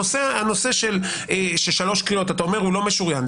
הנושא של שלוש קריאות, אתה אומר שהוא לא משוריין.